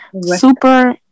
super